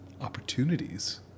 Opportunities